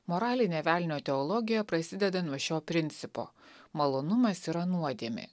moralinė velnio teologija prasideda nuo šio principo malonumas yra nuodėmė